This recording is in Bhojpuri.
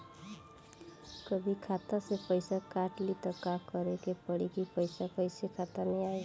कभी खाता से पैसा काट लि त का करे के पड़ी कि पैसा कईसे खाता मे आई?